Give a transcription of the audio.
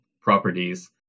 properties